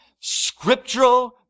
scriptural